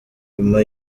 nyuma